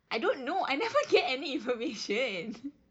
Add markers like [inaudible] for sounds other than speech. I don't know I never get any information [laughs]